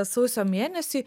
sausio mėnesį